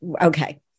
Okay